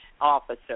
officer